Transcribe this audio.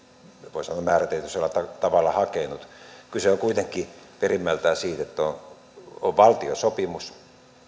voi sanoa määrätietoisella tavalla hakenut kyse on kuitenkin perimmältään siitä että on valtiosopimus